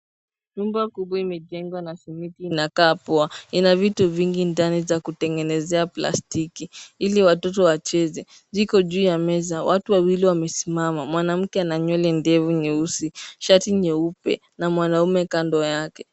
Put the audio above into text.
Nyumba kubwa imejengwa na simiti inakaa poa. Ina vitu vingi ndani za kutengenezea plastiki ili watoto wacheze. Jiko juu ya meza, watu wawili wamesimama, mwanamke ana nywele ndefu nyeusi, shati nyeupe na mwanamume kando yake.